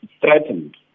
threatened